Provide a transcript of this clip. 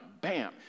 bam